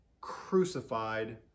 crucified